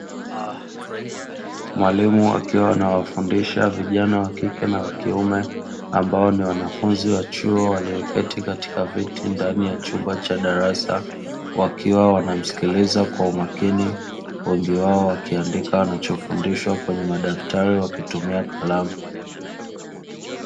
Mwalimu akiwa anawafundisha vijana wa kike na wa kiume ambao ni wanafunzi wa chuo waliyoketi katika viti ndani ya chumba cha darasa, wakiwa wanamsikiliza kwa umakini wengi wao wakiandika wanachofundishwa kwenye madaftari wakitumia kalamu.